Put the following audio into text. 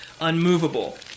unmovable